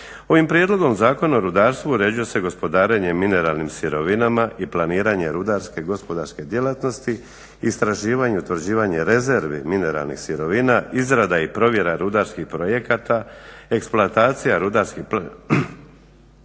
Ovim prijedlogom zakona o rudarstvu uređuje se gospodarenje mineralnim sirovinama i planiranje rudarske gospodarske djelatnosti, istraživanje i utvrđivanje rezervi mineralnih sirovina, izrada i provjera rudarskih projekata, eksploatacija mineralnih